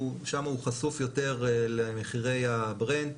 שם הוא חשוף יותר למחירי הברנט